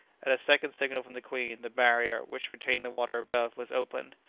at a second signal from the queen, the barrier, which retained the water above, was opened.